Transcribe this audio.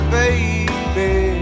baby